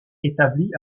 établi